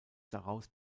daraus